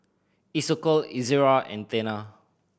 Isocal Ezerra and Tena